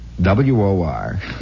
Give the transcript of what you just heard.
w-o-r